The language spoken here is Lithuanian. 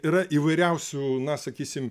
yra įvairiausių na sakysim